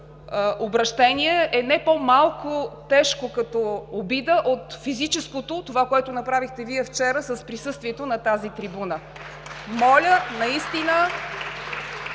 обръщение е не по-малко тежко като обида от физическото – това, което направихте Вие вчера с присъствието на тази трибуна. (Ръкопляскания